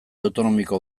autonomiko